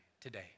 today